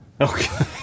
Okay